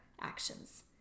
actions